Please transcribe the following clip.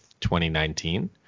2019